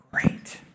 great